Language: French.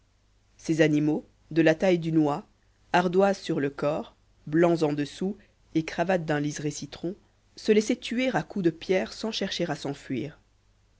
ces animaux de la taille d'une oie ardoisés sur le corps blancs en dessous et cravatés d'un liséré citron se laissaient tuer à coups de pierre sans chercher à s'enfuir